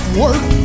work